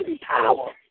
power